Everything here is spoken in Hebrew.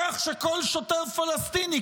כך שכל שוטר פלסטיני,